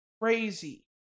crazy